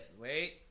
Wait